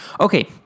Okay